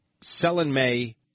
sell-in-may